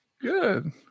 Good